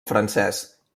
francés